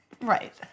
Right